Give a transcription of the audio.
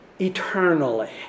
eternally